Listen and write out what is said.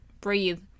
breathe